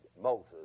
Moses